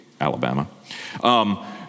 Alabama